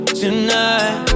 tonight